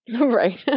right